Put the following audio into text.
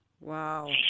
Wow